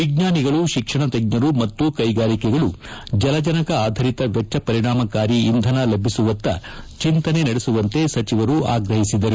ವಿಜ್ಞಾನಿಗಳು ಶಿಕ್ಷಣ ತಜ್ಞರು ಮತ್ತು ಕೈಗಾರಿಕೆಗಳು ಜಲಜನಕ ಆಧಾರಿತ ವೆಚ್ಚ ಪರಿಣಾಮಕಾರಿ ಇಂಧನ ಲಭಿಸುವತ್ತ ಚಿಂತನೆ ನಡೆಸುವಂತೆ ಸಚಿವರು ಅಗ್ರಹಿಸಿದರು